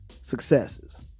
successes